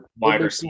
wider